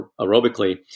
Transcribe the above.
aerobically